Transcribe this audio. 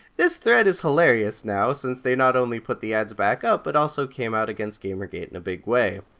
this thread is hilarious now, since they not only put the ads back up, but also came out against gamergate in a big way.